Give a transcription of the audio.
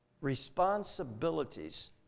Responsibilities